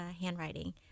handwriting